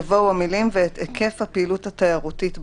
יבואו המילים: ואת היקף הפעילות התיירותית באזור.